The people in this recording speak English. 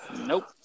Nope